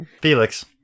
Felix